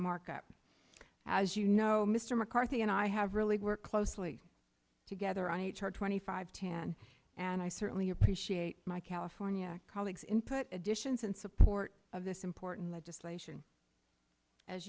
market as you know mr mccarthy and i have really worked closely together on h r twenty five ten and i certainly appreciate my california colleagues input additions in support of this important legislation as